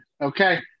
Okay